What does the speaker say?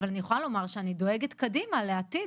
אבל אני יכולה לומר שאני דואגת קדימה לעתיד.